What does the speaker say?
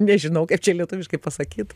nežinau kaip čia lietuviškai pasakyt